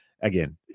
Again